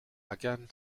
again